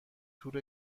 تور